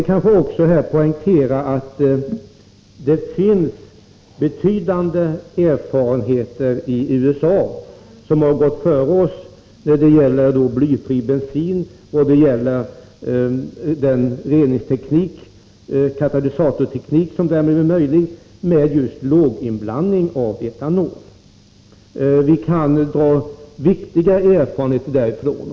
Jag vill också poängtera att det finns betydande erfarenheter i USA, som har gått före Sverige när det gäller blyfri bensin. Det gäller den reningsteknik —katalysatorteknik — som är möjlig med just låginblandning av etanol. Vi kan få viktiga erfarenheter därifrån.